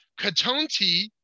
Katonti